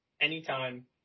anytime